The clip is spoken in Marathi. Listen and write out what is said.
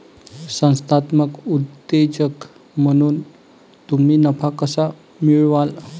संस्थात्मक उद्योजक म्हणून तुम्ही नफा कसा मिळवाल?